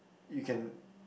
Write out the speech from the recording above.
you can